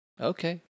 Okay